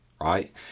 right